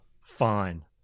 Fine